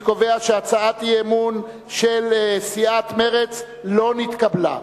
אני קובע שהצעת האי-אמון של סיעת מרצ לא נתקבלה.